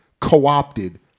co-opted